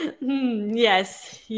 Yes